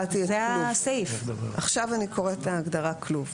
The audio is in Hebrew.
עכשיו אני קוראת את ההגדרה "כלוב".